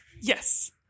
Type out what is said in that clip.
Yes